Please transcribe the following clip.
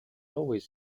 always